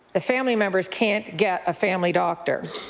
ah family members can't get a family doctor.